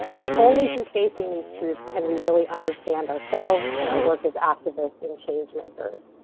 but only through facing these truths can we really understand ourselves and our work as activists and change makers.